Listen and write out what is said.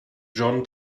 john